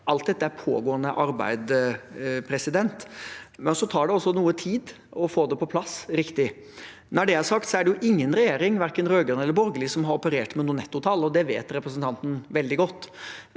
Alt dette er pågående arbeid. Det tar også noe tid å få det på plass riktig. Når det er sagt, er det ingen regjering, verken rødgrønn eller borgerlig, som har operert med noe nettotall, og det vet representanten veldig godt.